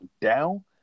down